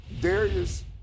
Darius